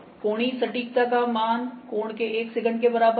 कोणीय सटीकता का मान कोण के 1 सेकंड के बराबर है